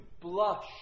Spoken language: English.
blush